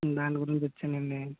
దాని గురించి వచ్చానండి